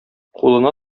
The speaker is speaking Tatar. кулына